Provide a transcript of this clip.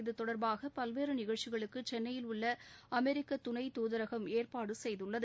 இதுதொடர்பாக பல்வேறு நிகழ்ச்சிகளுக்கு சென்னையில் உள்ள அமெரிக்க துணை தூதரகம் ஏற்பாடு செய்துள்ளது